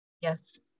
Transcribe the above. Yes